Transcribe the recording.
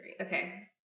okay